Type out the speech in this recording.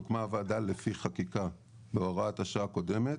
הוקמה הוועדה לפי חקיקה בהוראת השעה הקודמת.